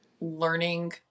learning